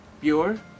pure